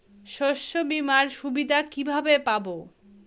শস্যবিমার সুবিধা কিভাবে পাবো?